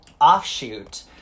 offshoot